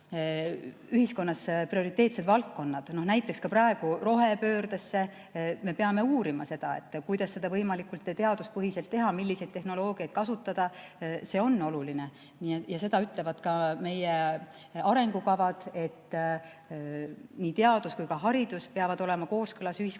ühiskonnas prioriteetsed valdkonnad, näiteks praegu rohepöördesse. Me peame uurima, kuidas seda võimalikult teaduspõhiselt teha, milliseid tehnoloogiaid kasutada. See on oluline ja seda ütlevad ka meie arengukavad, et nii teadus kui ka haridus peavad olema kooskõlas ühiskonna